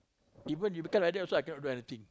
even you become like that also I cannot do anything